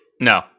no